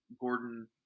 Gordon